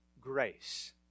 grace